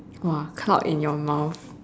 !wah! cloud in your mouth